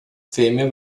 fêmea